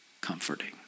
comforting